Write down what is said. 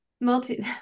multi